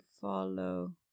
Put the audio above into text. follow